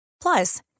Plus